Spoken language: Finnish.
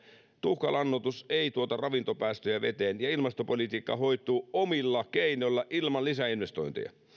tuhkalannoitus ei tuota ravintopäästöjä veteen ja ilmastopolitiikka hoituu omilla keinoilla ilman lisäinvestointeja